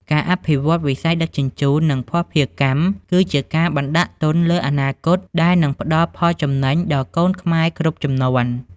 ការអភិវឌ្ឍវិស័យដឹកជញ្ជូន និងភស្តុភារកម្ម គឺជាការបណ្ដាក់ទុនលើអនាគត ដែលនឹងផ្ដល់ផលចំណេញដល់កូនខ្មែរគ្រប់ជំនាន់។